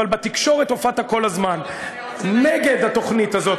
אבל בתקשורת הופעת כל הזמן נגד התוכנית הזאת,